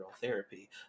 therapy